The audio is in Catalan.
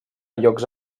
llocs